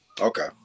Okay